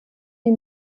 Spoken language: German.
die